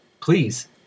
please